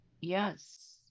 Yes